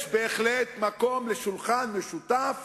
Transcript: יש בהחלט מקום לשולחן משותף